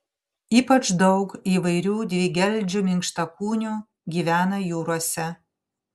ypač daug įvairių dvigeldžių minkštakūnių gyvena jūrose